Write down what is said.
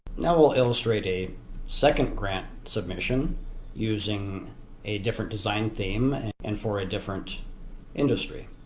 now we'll illustrate a second grant submission using a different design theme and for a different industry.